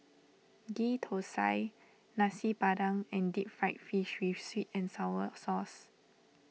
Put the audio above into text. Ghee Thosai Nasi Padang and Deep Fried Fish with Sweet and Sour Sauce